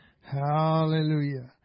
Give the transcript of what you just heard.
Hallelujah